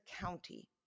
County